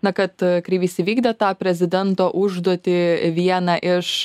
na kad kreivys įvykdė tą prezidento užduotį vieną iš